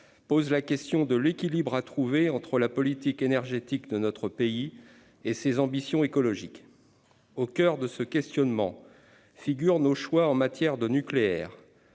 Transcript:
pose la question de l'équilibre à trouver entre la politique énergétique de notre pays et ses ambitions écologiques. Au coeur de ce questionnement figurent nos choix en matière d'énergie nucléaire-